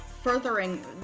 Furthering